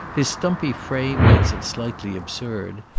his stumpy frame makes it slightly ab surd.